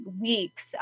weeks